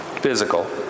Physical